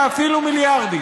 ואפילו מיליארדים.